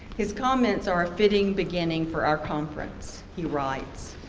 his comments are a fitting beginning for our conference. he writes,